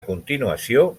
continuació